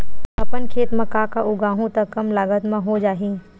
अपन खेत म का का उगांहु त कम लागत म हो जाही?